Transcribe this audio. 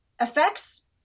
effects